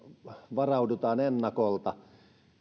varaudutaan ennakolta